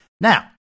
Now